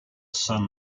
son